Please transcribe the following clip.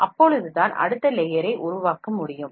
அப்பொழுது தான் அடுத்த லேயரை உருவாக்கமுடியும்